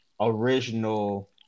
original